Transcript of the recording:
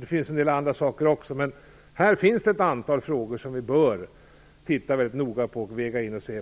Det finns en del andra saker också, men här finns ett antal frågor som vi bör titta väldigt noga på.